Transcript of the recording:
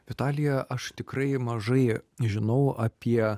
vitalija aš tikrai mažai žinau apie